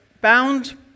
bound